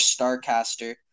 starcaster